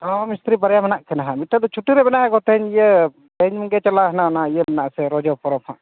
ᱦᱮᱸ ᱢᱤᱥᱛᱨᱤ ᱵᱟᱨᱭᱟ ᱢᱮᱱᱟᱜ ᱠᱤᱱᱟᱦᱟᱜ ᱱᱤᱛᱚᱜ ᱫᱚ ᱪᱷᱩᱴᱤᱨᱮ ᱢᱮᱱᱟᱜᱠᱚ ᱛᱮᱦᱮᱧ ᱤᱭᱟᱹ ᱛᱮᱦᱮᱧᱜᱮ ᱪᱟᱞᱟᱣᱮᱱᱟ ᱚᱱᱟ ᱤᱭᱟᱹ ᱦᱮᱱᱟᱜ ᱨᱚᱡᱚ ᱯᱚᱨᱚᱵᱽ ᱦᱟᱸᱜ